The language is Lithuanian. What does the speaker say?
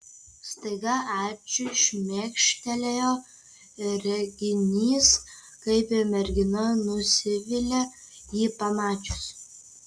staiga arčiui šmėkštelėjo reginys kaip mergina nusivilia jį pamačiusi